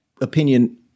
opinion